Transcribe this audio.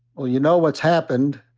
well, you know what's happened.